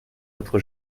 votre